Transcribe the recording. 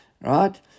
Right